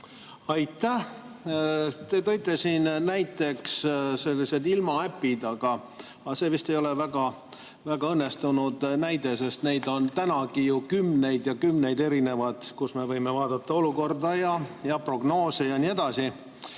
Aitäh! Te tõite siin näiteks ilmaäpid, aga see vist ei ole väga õnnestunud näide, sest neid on tänagi ju kümneid ja kümneid erinevaid, kust me võime vaadata olukorda ja prognoose jne.